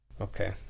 Okay